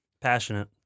Passionate